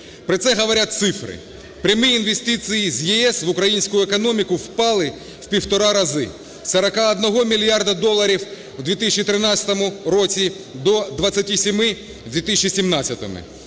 Про це говорять цифри. Прямі інвестиції з ЄС в українську економіку впали в півтора рази: з 41 мільярда доларів в 2013 році до 27 в 2017-му.